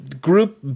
group